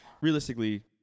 realistically